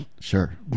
Sure